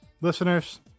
listeners